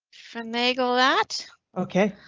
finagle that ok?